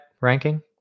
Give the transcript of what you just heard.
ranking